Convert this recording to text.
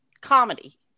comedy